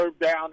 down